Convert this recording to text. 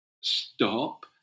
stop